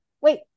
wait